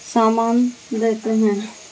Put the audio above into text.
سامان دیتے ہیں